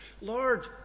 Lord